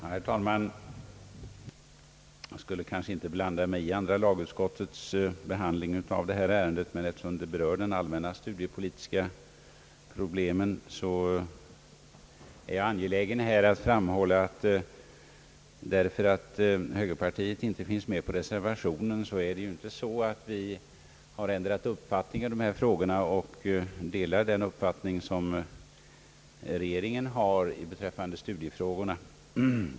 Herr talman! Jag skulle kanske inte blanda mig i andra lagutskottets behandling av detta ärende, men eftersom det hör till de allmänna studiepolitiska problemen är jag angelägen att framhålla, att fastän högerpartiet inte finns med på reservationen har vi inte ändrat uppfattning i dessa frågor så att vi delar regeringens uppfattning beträffande studiefrågorna.